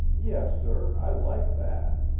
yes, sir. i like that.